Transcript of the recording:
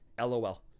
LOL